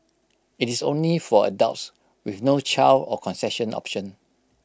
IT is only for adults with no child or concession option